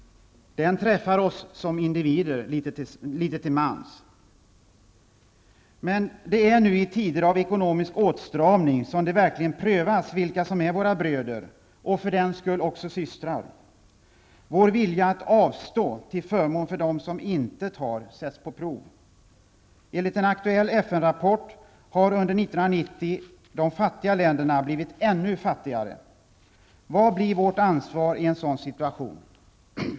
Den träffar oss som individer litet till mans. Men det är nu i tider av ekonomisk åtstramning som det verkligen prövas vilka som är våra bröder, och för den skull också systrar. Vår vilja att avstå till förmån för dem som intet har sätts på prov. Enligt en aktuell FN-rapport har under 1990 de fattiga länderna blivit ännu fattigare. Vad blir vårt ansvar i en sådan situation?